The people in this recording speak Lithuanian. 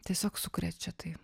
tiesiog sukrečia tai